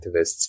activists